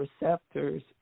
receptors